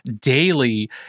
daily